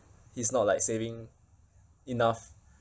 he's not like saving enough